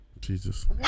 Jesus